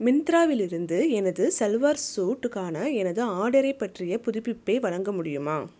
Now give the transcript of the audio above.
மிந்திராவிலிருந்து எனது சல்வார் சூட்டுக்கான எனது ஆர்டரைப் பற்றிய புதுப்பிப்பை வழங்க முடியுமா